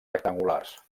rectangulars